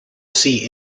see